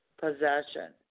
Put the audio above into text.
possession